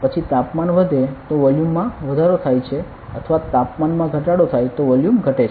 પછી તાપમાન વધે તો વોલ્યુમમાં વધારો થાય છે અથવા તાપમાનમાં ઘટાડો થાય તો વોલ્યુમ ઘટે છે